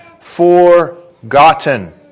forgotten